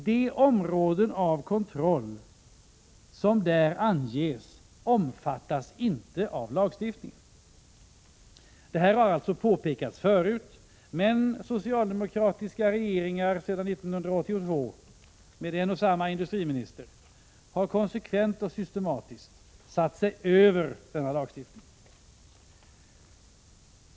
De områden av kontroll som där anges omfattas inte av lagstiftningen. Detta har alltså påpekats förut, men socialdemokratiska regeringar har 95 sedan 1982, med en och samma industriminister, konsekvent och systematiskt satt sig över denna lagstiftning.